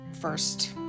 first